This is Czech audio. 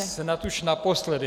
Snad už naposledy.